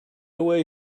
way